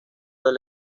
del